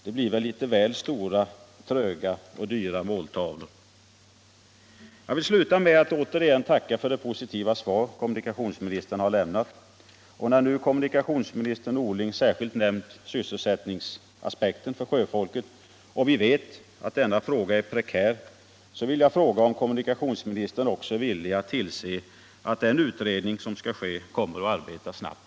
Det blir väl litet väl stora, tröga och dyra måltavlor. Jag vill sluta med att återigen tacka för det positiva svar kommunikationsministern har lämnat. När nu kommunikationsminister Norling särskilt nämnt sysselsättningsaspekten för sjöfolket och vi vet att denna fråga är prekär, vill jag fråga om kommunikationsministern också är villig att tillse att den utredning som skall ske kommer att arbeta snabbt.